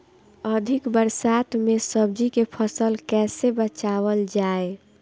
अधिक बरसात में सब्जी के फसल कैसे बचावल जाय?